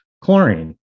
chlorine